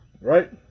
right